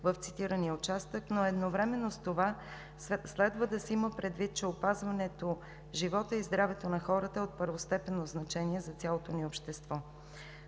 в цитирания участък, но едновременно с това следва да се има предвид, че опазването живота и здравето на хората е от първостепенно значение за цялото ни общество.